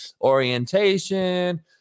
orientation